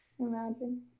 Imagine